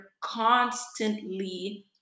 constantly